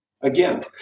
Again